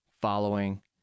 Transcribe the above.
following